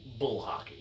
bullhockey